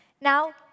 Now